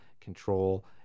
control